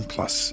Plus